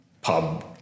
pub